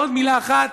עוד מילה אחת,